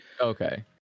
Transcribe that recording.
okay